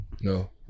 no